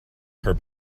her